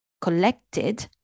collected